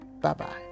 bye-bye